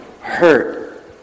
hurt